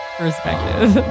perspective